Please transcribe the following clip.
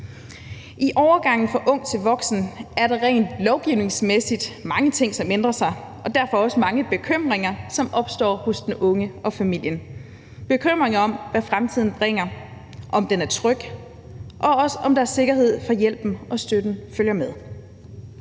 I overgangen fra ung til voksen er der rent lovgivningsmæssigt mange ting, som ændrer sig, og derfor også mange bekymringer, som opstår hos den unge og familien – bekymringer om, hvad fremtiden bringer, og om den er tryg, og også bekymringer om deres sikkerhed for, at hjælpen og støtten følger med.